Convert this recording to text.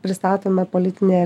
pristatoma politinė